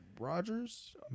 Rogers